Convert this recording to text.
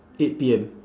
eight P_M